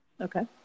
Okay